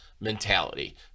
mentality